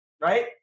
right